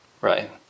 Right